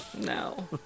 No